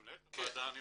ואני אומר למנהלת הוועדה,